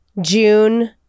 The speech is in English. June